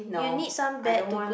you need some bad to good